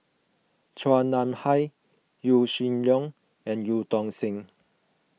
Chua Nam Hai Yaw Shin Leong and Eu Tong Sen